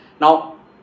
Now